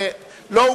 לא.